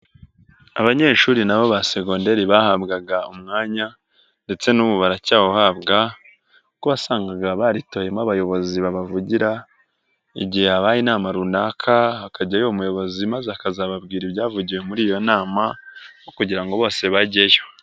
Abanyeshuri na bo ba segonderi bahabwaga umwanya ndetse n'ubu baracyawuhabwa kuko wasangaga baritoyemo abayobozi babavugira, igihe habaye inama runaka hakajyayo uwo muyobozi maze akazababwira ibyavugiwe muri iyo nama aho kugira ngo bose bageyo.